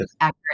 accurate